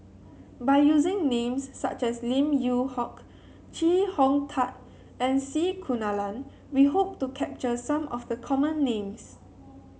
by using names such as Lim Yew Hock Chee Hong Tat and C Kunalan we hope to capture some of the common names